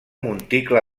monticle